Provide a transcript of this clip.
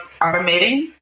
automating